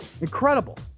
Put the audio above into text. Incredible